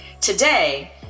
Today